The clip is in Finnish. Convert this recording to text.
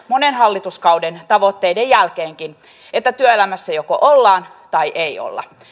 monen hallituskauden tavoitteiden jälkeenkin sellaiset että työelämässä joko ollaan tai ei olla